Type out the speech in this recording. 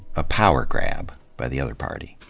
a power grab by the other party.